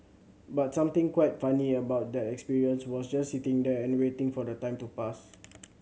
but something quite funny about that experience was just sitting there and waiting for the time to pass